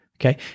Okay